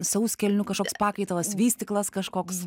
sauskelnių kažkoks pakaitalas vystyklas kažkoks